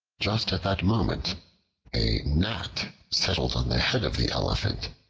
just at that moment a gnat settled on the head of the elephant,